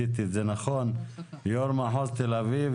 יו"ר מחוז תל-אביב,